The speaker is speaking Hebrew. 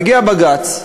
מגיע בג"ץ,